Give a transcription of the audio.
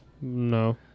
No